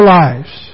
lives